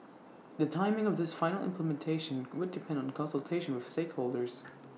the timing of its final implementation would depend on consultation with stakeholders